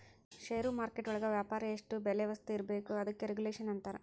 ಷೇರು market ಒಳಗ ವ್ಯಾಪಾರ ಎಷ್ಟ್ ಬೆಲೆ ವಸ್ತು ಇರ್ಬೇಕು ಅದಕ್ಕೆ ರೆಗುಲೇಷನ್ ಅಂತರ